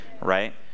right